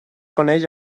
coneix